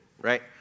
right